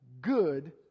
good